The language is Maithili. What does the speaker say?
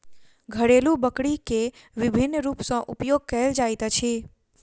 घरेलु बकरी के विभिन्न रूप सॅ उपयोग कयल जाइत अछि